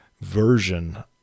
version